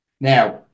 Now